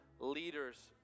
Leaders